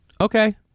Okay